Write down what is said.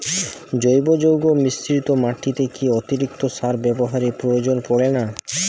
জৈব যৌগ মিশ্রিত মাটিতে কি অতিরিক্ত সার ব্যবহারের প্রয়োজন পড়ে না?